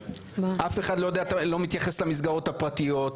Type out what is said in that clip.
אף אחד לא יודע לא מתייחס למסגרות הפרטיות,